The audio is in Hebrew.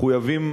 מחויבים